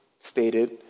stated